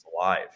alive